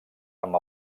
amb